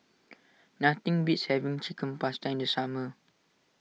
nothing beats having Chicken Pasta in the summer